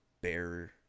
bear